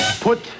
Put